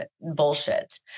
bullshit